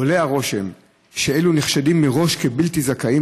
עולה הרושם שאלו נחשדים מראש כבלתי זכאים,